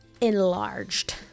enlarged